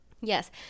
yes